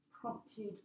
prompted